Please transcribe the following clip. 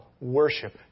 Worship